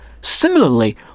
similarly